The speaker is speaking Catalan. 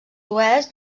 oest